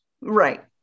Right